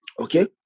Okay